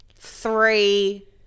three